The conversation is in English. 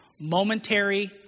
momentary